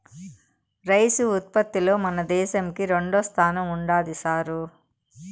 rice ఉత్పత్తిలో మన దేశంకి రెండోస్థానం ఉండాది సారూ